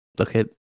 Okay